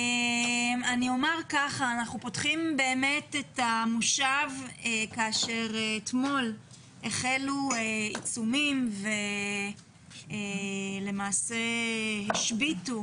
אנחנו פותחים את המושב כאשר אתמול החלו עיצומים ולמעשה השביתו